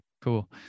Cool